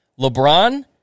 LeBron